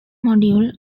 module